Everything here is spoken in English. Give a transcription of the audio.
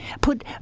put